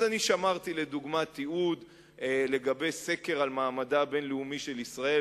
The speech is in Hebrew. אז שמרתי לדוגמה תיעוד לגבי סקר על מעמדה הבין-לאומי של ישראל,